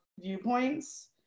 viewpoints